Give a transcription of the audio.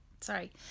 Sorry